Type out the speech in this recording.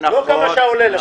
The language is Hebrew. לא כמה שעולה לה.